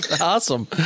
awesome